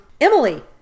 Emily